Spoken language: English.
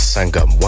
Sangam